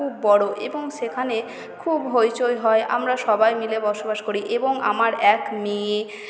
খুব বড়ো এবং সেখানে খুব হইচই হয় আমরা সবাই মিলে বসবাস করি এবং আমার এক মেয়ে